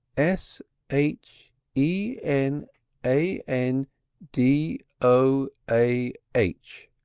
s h e n a n d o a h,